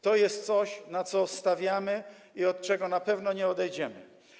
To jest coś, na co stawiamy i od czego na pewno nie odejdziemy.